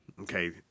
Okay